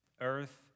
earth